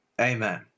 Amen